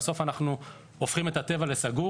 בסוף אנחנו נהפוך את הטבע לסגור,